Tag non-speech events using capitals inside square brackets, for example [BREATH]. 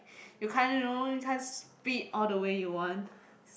you can't you know you can't speed all the way you want [BREATH]